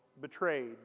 betrayed